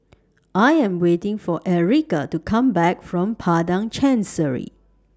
I Am waiting For Ericka to Come Back from Padang Chancery